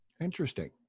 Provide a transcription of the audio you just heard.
Interesting